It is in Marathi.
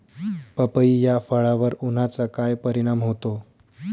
पपई या फळावर उन्हाचा काय परिणाम होतो?